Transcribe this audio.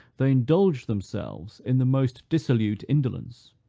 they indulged themselves in the most dissolute indolence.